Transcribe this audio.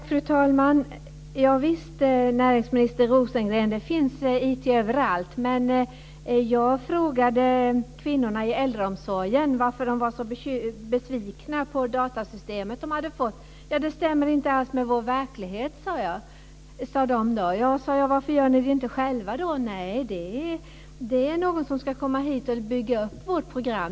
Fru talman! Javisst, näringsminister Rosengren, det finns IT överallt. Jag frågade kvinnorna i äldreomsorgen varför de var så besvikna på det datasystem de hade fått. De sade att det inte stämde med deras verklighet. Jag frågade varför de inte gjorde systemet själva. Nej, det var någon som skulle komma dit och bygga upp deras program.